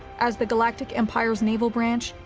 as the galactic empire's naval branch,